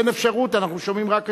אין אפשרות, אנחנו שומעים רק אתכם.